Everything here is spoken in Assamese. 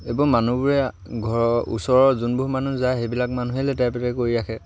এইবোৰ মানুহবোৰে ঘৰৰ ওচৰৰ যোনবোৰ মানুহ যায় সেইবিলাক মানুহে লেতেৰা পেতেৰা কৰি ৰাখে